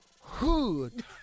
hood